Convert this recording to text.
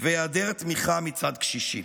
והיעדר תמיכה מצד קשישים